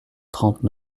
trente